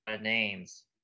names